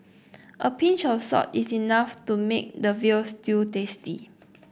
a pinch of salt is enough to make the veal stew tasty